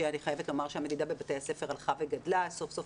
ואני חייבת לומר שהמדידה בבתי הספר הלכה וגדלה וסוף סוף